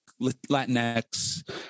Latinx